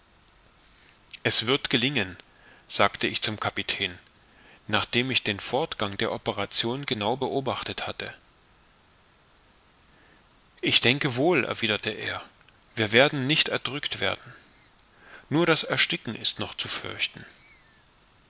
es wird gelingen sagte ich zum kapitän nach dem ich den fortgang der operation genau beobachtet hatte ich denke wohl erwiderte er wir werden nicht erdrückt werden nur das ersticken ist noch zu fürchten